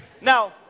Now